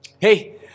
Hey